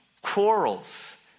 quarrels